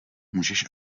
můžeš